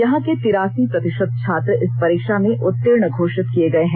यहां के तिरासी प्रतिषत छात्र इस परीक्षा में उत्तीर्ण घोषित किए गए हैं